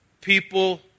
people